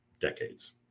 decades